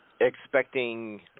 expecting